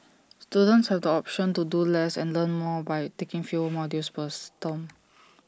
students have the option to do less and learn more by taking fewer modules per storm